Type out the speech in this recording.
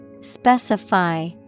Specify